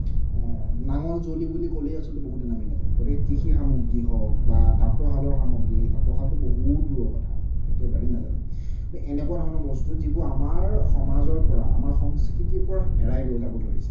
নাঙল যুৱলি বুলি ক'লেই আচলতে বহুতে নামেই নাজানে গতিকে কৃষি সামগ্ৰী হওক বা তাঁতৰ শালৰ সামগ্ৰী এই তাঁতৰ শালটো বহুত দূৰৰ কথা একেবাৰেই নাজানে গতিকে এনেকুৱা ধৰণৰ বস্তু যিবোৰ আমাৰ সমাজৰপৰা আমাৰ সংস্কৃতিৰপৰা হেৰাই গৈ যাব ধৰিছে